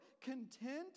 content